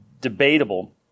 debatable